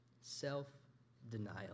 self-denial